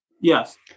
yes